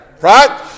Right